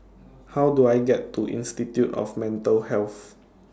How Do I get to Institute of Mental Health